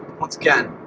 once again,